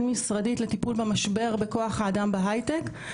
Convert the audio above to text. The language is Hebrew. משרדית לטיפול במשבר בכוח האדם בהייטק,